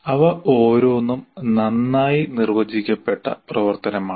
അവ ഓരോന്നും നന്നായി നിർവചിക്കപ്പെട്ട പ്രവർത്തനമാണ്